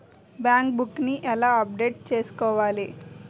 Bank book నీ ఎలా update చేసుకోవాలి?